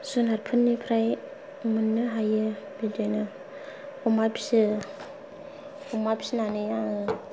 जुनारफोरनिफ्राय मोननो हायो बिदिनो अमा फिसियो अमा फिसिनानै आङो